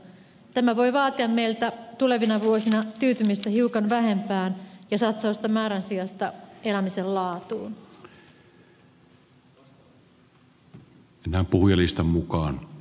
tämä voi vaatia meiltä tulevina vuosina tyytymistä hiukan vähempään ja satsausta määrän sijasta elämisen laatuun